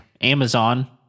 Amazon